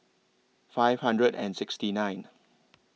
five hundred and sixty nine